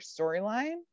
storyline